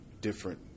different